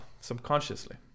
subconsciously